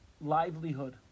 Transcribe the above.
livelihood